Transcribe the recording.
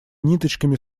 ниточками